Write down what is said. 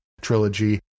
trilogy